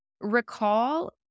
recall